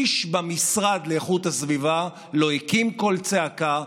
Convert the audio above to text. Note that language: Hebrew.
איש במשרד להגנת הסביבה לא הקים קול צעקה,